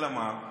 אלא מה?